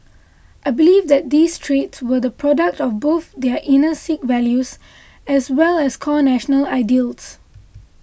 I believe that these traits were the product of both their inner Sikh values as well as core national ideals